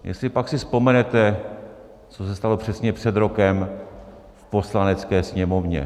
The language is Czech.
Jestlipak si vzpomenete, co se stalo přesně před rokem v Poslanecké sněmovně?